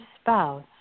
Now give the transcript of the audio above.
spouse